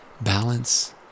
balance